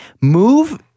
Move